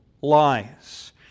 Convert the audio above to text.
lies